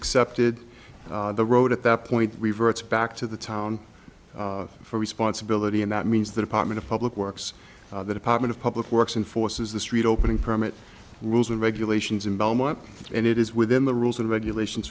accepted the road at that point reverts back to the town for responsibility and that means the department of public works department of public works and forces the street opening permit rules and regulations in belmont and it is within the rules and regulations